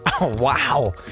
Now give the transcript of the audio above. Wow